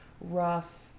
Rough